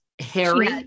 Harry